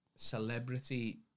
Celebrity